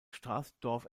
straßendorf